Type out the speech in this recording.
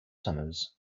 summers